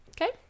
Okay